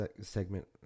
segment